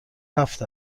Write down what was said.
هفت